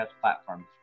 platforms